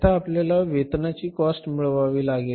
आता आपल्याला वेतनाची कॉस्ट मिळवावी लागेल